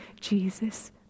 Jesus